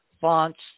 fonts